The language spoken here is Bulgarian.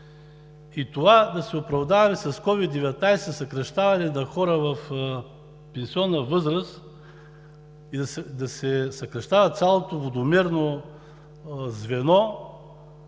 И това – да оправдаваме с COVID-19 съкращаване на хора в пенсионна възраст, да се съкращава цялото водомерно звено